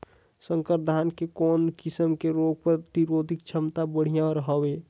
संकर धान के कौन किसम मे रोग प्रतिरोधक क्षमता बढ़िया हवे?